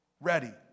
ready